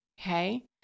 Okay